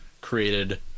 created